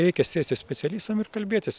reikia sėsti specialistam ir kalbėtis